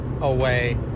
away